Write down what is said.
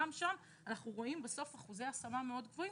גם שם אנחנו רואים בסוף אחוזי השמה גבוהים